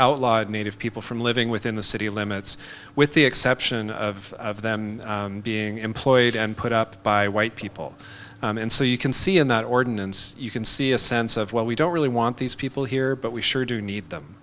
outlawed native people from living within the city limits with the exception of of them being employed and put up by white people and so you can see in that ordinance you can see a sense of well we don't really want these people here but we sure do need